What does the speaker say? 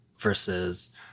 versus